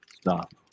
stop